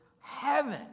heaven